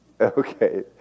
Okay